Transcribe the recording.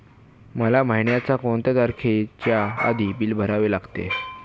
मला महिन्याचा कोणत्या तारखेच्या आधी बिल भरावे लागेल?